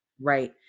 Right